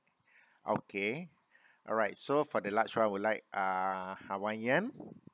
okay alright so for the large one I would like uh hawaiian